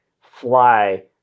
fly